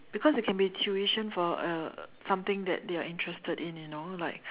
because it can be tuition for uh something that they are interested in you know like